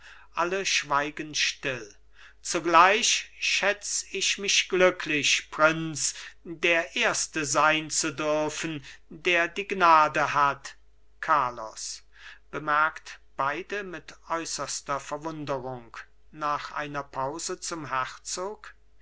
alle schweigen still zugleich schätz ich mich glücklich prinz der erste sein zu dürfen der die gnade hat carlos bemerkt beide mit äußerster verwunderung nach einer pause zum herzog